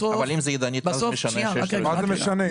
בסוף --- אם זה ידנית, מה זה משנה?